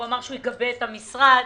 אמר שיגבה את המשרד